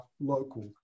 local